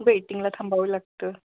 वेटिंगला थांबावं लागतं